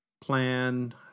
plan